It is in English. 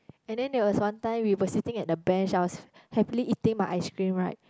and then there was one time we were sitting at the bench I was happily eating my ice cream right